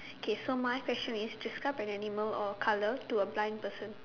okay so my question is describe an animal or colour to a blind person